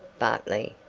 bartley,